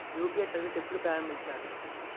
UPI service ఎప్పుడు ప్రారంభించారు?